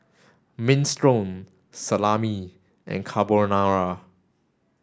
Minestrone Salami and Carbonara